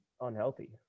unhealthy